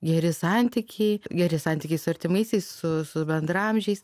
geri santykiai geri santykiai su artimaisiais su su bendraamžiais